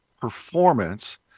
performance